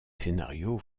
scénarios